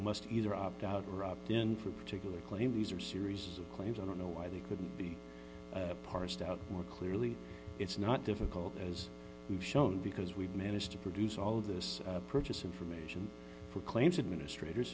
must either opt out or opt in for a particular claim these are series of claims i don't know why they couldn't be parsed out more clearly it's not difficult as we've shown because we've managed to produce all this purchase information for claims administrators